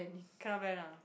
cannot blend ah